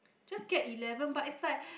just get eleven but it's like